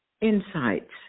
insights